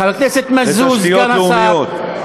חבר הכנסת מזוז, סגן השר.